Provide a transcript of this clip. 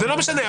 לא משנה.